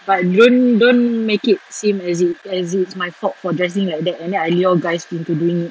but don't don't make it seem as if as if it's my fault for dressing like that and then I lure guys into doing it